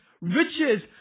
riches